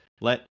Let